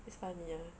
it is funny ah